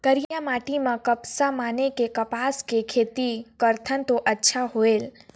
करिया माटी म कपसा माने कि कपास के खेती करथन तो अच्छा होयल?